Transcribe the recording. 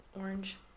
Orange